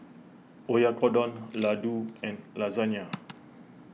Oyakodon Ladoo and Lasagne